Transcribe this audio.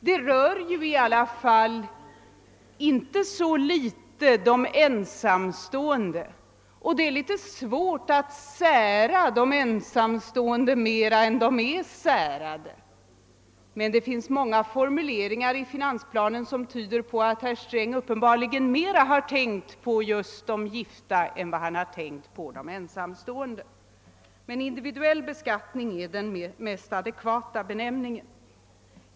Det rör ju i alla fall i inte så liten grad ensamstående, och det är litet svårt att sära de ensamstående mer än de är särade. Det finns många formuleringar i finansplanen som tyder på att herr Sträng mera har tänkt på de gifta än på de ensamstående. Individuell beskattning är alltså den mest adekvata benämningen.